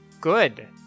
good